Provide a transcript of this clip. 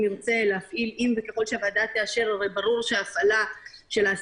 חושב שאפשר להסתייע בלי שהגורם ייתן את הסכמתו.